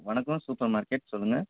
வணக்கம் supermarket சொல்லுங்க